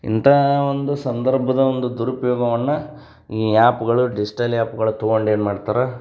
ಇಂಥ ಒಂದು ಸಂದರ್ಭದ ಒಂದು ದುರುಪ್ಯೋಗವನ್ನು ಈ ಯಾಪ್ಗಳು ಡಿಜಿಟಲ್ ಯಾಪ್ಗಳು ತೊಗೊಂಡು ಏನು ಮಾಡ್ತಾರೆ